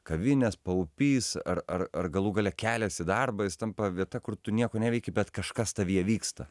kavinės paupys ar ar galų gale kelias į darbą jis tampa vieta kur tu nieko neveiki bet kažkas tavyje vyksta